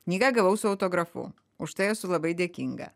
knygą gavau su autografu už tai esu labai dėkinga